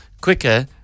quicker